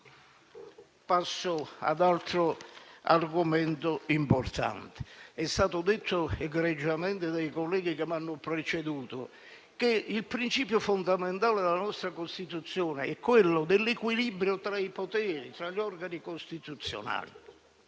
Passo ad altro argomento importante: è stato detto egregiamente dai colleghi che mi hanno preceduto che il principio fondamentale della nostra Costituzione è quello dell'equilibrio tra i poteri fra gli organi costituzionali,